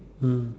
mm